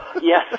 Yes